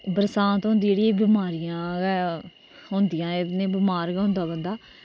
बरसांत होंदी जेहड़ी एह् बिमारियां होंदियां एहदे च बिमार गै होंदा बंदा